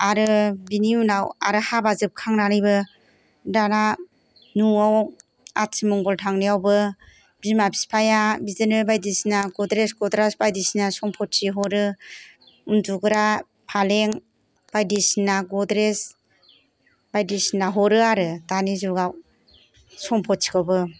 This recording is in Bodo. आरो बिनि उनाव आरो हाबा जोबखांनानैबो दाना न'आव आथि मंगल थांनायावबो बिमा बिफाया बिदिनो बायदिसिना गद्रेस द्रास बायदिसिना सम्पति हरो उन्दुग्रा फालें बायदिसिना गद्रेस बायदिसिना हरो आरो दानि जुगाव सम्पतिखौबो